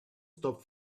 stop